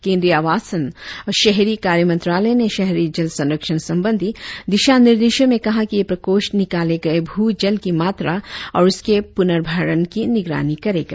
केंद्रीय आवासन और शहरी कार्य मंत्रालय ने शहरी जल संरक्षण संबंधी दिशा निर्देशो में कहा कि यह प्रकोष्ठ निकाले गए भू जल की मात्रा और उसके पूर्नभरण की निगरानी करेगा